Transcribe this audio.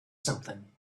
something